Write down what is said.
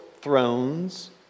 thrones